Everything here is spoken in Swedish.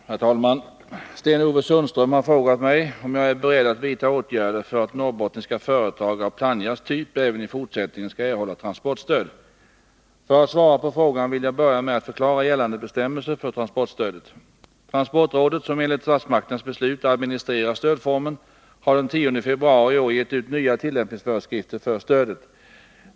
Herr talman! Sten-Ove Sundström har frågat mig om jag är beredd att vidta åtgärder för att norrbottniska företag av Plannjas typ även i fortsättningen skall erhålla transportstöd. För att svara på frågan vill jag börja med att förklara gällande bestämmelser för transportstödet. Transportrådet, som enligt statsmakternas beslut administrerar stödformen, har den 10 februari i år gett ut nya tillämpningsföreskrifter för stödet.